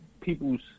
people's